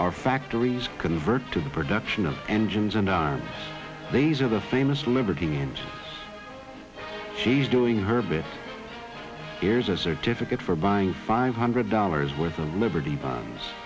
our factories convert to the production of engines and on days of the famous liberty and she's doing her bit here's a certificate for buying five hundred dollars worth of liberty bo